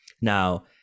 Now